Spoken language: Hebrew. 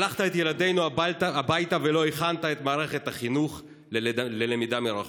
שלחת את ילדינו הביתה ולא הכנת את מערכת החינוך ללמידה מרחוק.